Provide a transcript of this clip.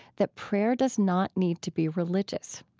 that prayer does not need to be religious.